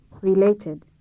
related